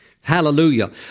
Hallelujah